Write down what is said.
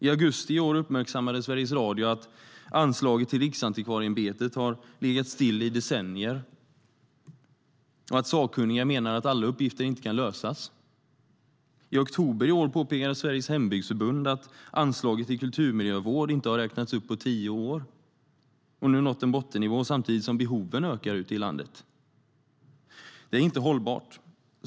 I augusti i år uppmärksammade Sveriges Radio att anslaget till Riksantikvarieämbetet har legat still i decennier och att sakkunniga menar att alla uppgifter inte kan lösas. I oktober i år påpekade Sveriges hembygdsförbund att anslaget till kulturmiljövård inte har räknats upp på tio år och nu nått en bottennivå, samtidigt som behoven ökar ute i landet. Det är inte hållbart.